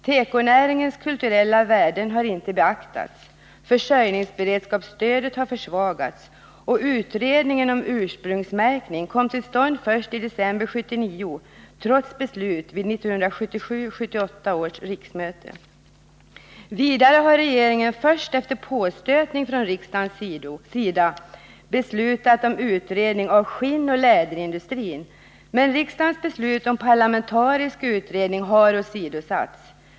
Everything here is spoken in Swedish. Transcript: Tekonäringens kulturella värden har inte beaktats, försörjningsberedskapsstödet har försvagats och utredningen om ursprungsmärkning kom till stånd först i december 1979, trots beslut vid 1977/78 års riksmöte. Vidare har regeringen först efter påstötning från riksdagens sida beslutat om utredning av skinnoch läderindustrin, men riksdagens beslut om parlamentarisk utredning har åsidosatts.